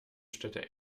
städte